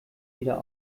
wieder